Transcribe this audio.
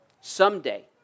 Someday